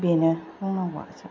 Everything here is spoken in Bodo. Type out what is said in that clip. बेनो बुंनांगौआ जाबाय